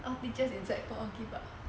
all teachers in sec four all give up